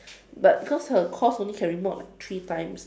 but because her course only can remod like three times